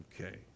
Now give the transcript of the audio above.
Okay